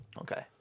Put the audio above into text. Okay